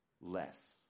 less